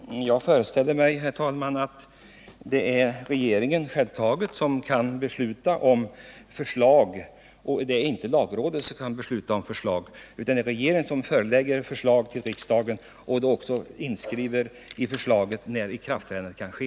Herr talman! Jag föreställer mig att det är regeringen som skall besluta om förslag och inte lagrådet. Det är regeringen som förelägger riksdagen förslag och då också inskriver i förslaget när ikraftträdandet kan ske.